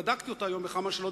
בדקתי אותה היום בכמה שאלות,